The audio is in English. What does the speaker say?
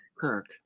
Kirk